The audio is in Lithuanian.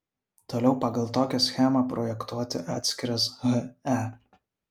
toliau pagal tokią schemą projektuoti atskiras he